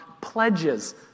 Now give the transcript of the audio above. pledges